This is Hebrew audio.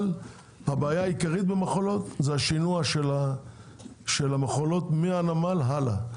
אבל הבעיה העיקרית במכולות זה השינוע של המכולות מהנמל והלאה.